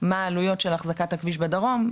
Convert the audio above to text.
מה העלויות של אחזקת הכביש בדרום,